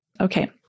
Okay